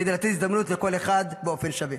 כדי לתת הזדמנות לכל אחד באופן שווה.